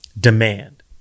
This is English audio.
demand